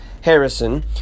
Harrison